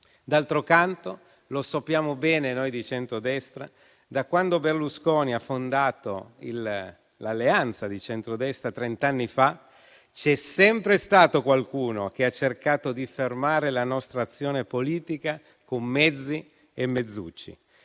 D'altro canto - lo sappiamo bene noi di centrodestra - da quando Berlusconi ha fondato l'alleanza di centrodestra, trent'anni fa, c'è sempre stato qualcuno che ha cercato di fermare la nostra azione politica con mezzi e mezzucci.